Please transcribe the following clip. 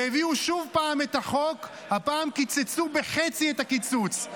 והביאו שוב את החוק, הפעם קיצצו בחצי את הקיצוץ.